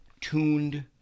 tuned